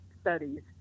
studies